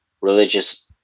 religious